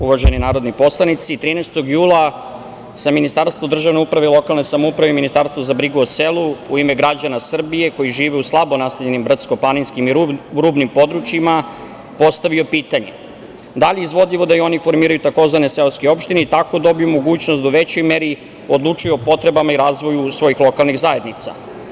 Uvaženi narodni poslanici, 13. jula sam Ministarstvu državne uprave i lokalne samouprave i Ministarstvu za brigu o selu u ime građana Srbije koji žive u slabo naseljenim brdsko-planinskim i rudnim područjima postavio pitanje – da li je izvodljivo da oni formiraju tzv. „seoske opštine“ i tako dobiju mogućnost da u većoj meri odlučuju o potrebama i razvoju svojih lokalnih zajednica.